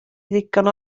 ddigon